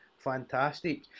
Fantastic